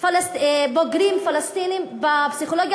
בוגרים פלסטינים בפסיכולוגיה.